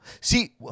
See